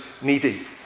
needy